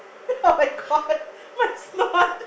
oh-my-God my-god